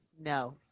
No